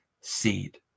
seed